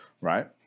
right